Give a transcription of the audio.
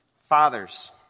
Fathers